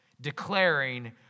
declaring